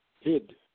hid